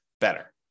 better